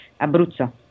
Abruzzo